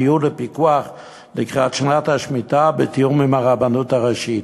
ניהול ופיקוח לקראת שנת השמיטה בתיאום עם הרבנות הראשית"